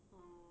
oh